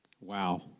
Wow